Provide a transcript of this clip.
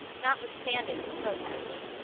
notwithstanding his protests.